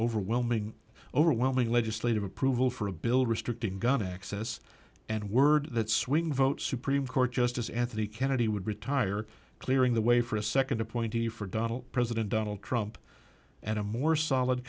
overwhelming overwhelming legislative approval for a bill restricting gun access and word that swing vote supreme court justice anthony kennedy would retire clearing the way for a second appointee for dottle president donald trump at a more solid